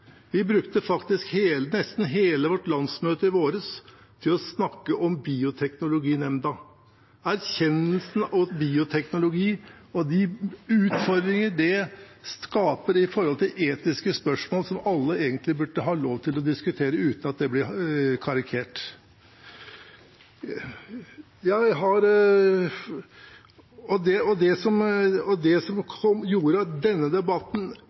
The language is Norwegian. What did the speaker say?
Vi brukte faktisk nesten hele vårt landsmøte i vår på å snakke om Bioteknologirådet. Bioteknologi og de utfordringene det skaper knyttet til etiske spørsmål, er noe egentlig alle burde ha lov til å diskutere uten at det blir karikert. Det som gjorde denne debatten